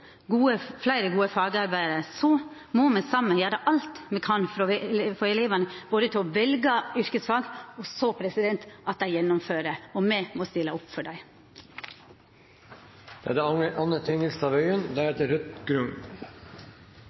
fleire gode fagarbeidarar, må me saman gjera alt me kan, både for å få elevane til å velja yrkesfag og for at dei skal gjennomføra, og me må stilla opp for dei. Jeg må også innom kirkebudsjettet litt til slutt. Som kjent gjennomføres det